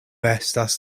estas